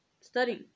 studying